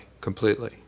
completely